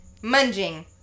Munging